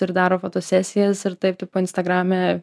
ir daro fotosesijas ir taip tipo instagrame